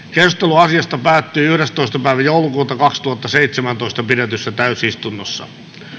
keskustelu asiasta päättyi yhdestoista kahdettatoista kaksituhattaseitsemäntoista pidetyssä täysistunnossa